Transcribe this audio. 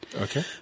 Okay